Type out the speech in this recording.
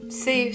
see